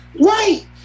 Right